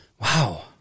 Wow